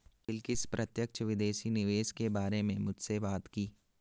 बिलकिश प्रत्यक्ष विदेशी निवेश के बारे में मुझसे बात की